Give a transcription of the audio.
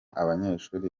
abanyeshuri